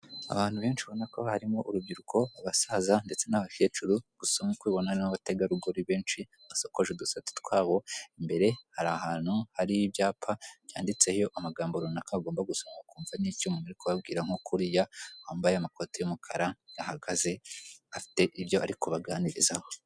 Abantu benshi ubona ko harimo urubyiruko abasaza ndetse n'abakecuru, gusa nk'uko ubibonana n'abategarugori benshi basokoje udusatsi twabo, imbere hari ahantu hari ibyapa byanditseho amagambo runaka ugomba gusoma ukumva n'icyo umuntu ari kubabwira, nk'uko uriya wambaye amakoti y'umukara, yahagaze afite ibyo ari kubaganirizaho.